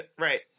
Right